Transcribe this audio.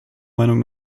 meinung